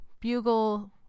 bugle